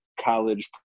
college